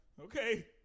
Okay